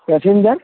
passenger